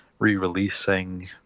re-releasing